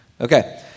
okay